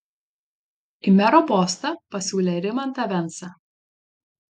į mero postą pasiūlė rimantą vensą